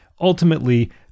ultimately